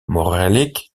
mogelijk